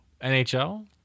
NHL